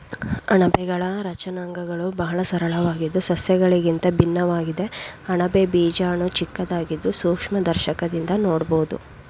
ಅಣಬೆಗಳ ರಚನಾಂಗಗಳು ಬಹಳ ಸರಳವಾಗಿದ್ದು ಸಸ್ಯಗಳಿಗಿಂತ ಭಿನ್ನವಾಗಿದೆ ಅಣಬೆ ಬೀಜಾಣು ಚಿಕ್ಕದಾಗಿದ್ದು ಸೂಕ್ಷ್ಮದರ್ಶಕದಿಂದ ನೋಡ್ಬೋದು